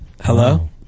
Hello